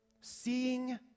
seeing